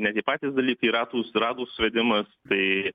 ne tie patys dalykai ratų ratų suvedimas tai